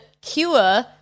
cure